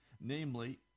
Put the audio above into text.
namely